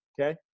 Okay